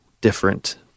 different